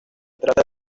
trata